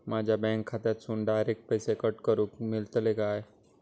माझ्या बँक खात्यासून डायरेक्ट पैसे कट करूक मेलतले काय?